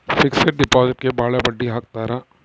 fixed ಡಿಪಾಸಿಟ್ಗೆ ಭಾಳ ಬಡ್ಡಿ ಹಾಕ್ತರ